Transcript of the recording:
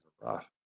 rough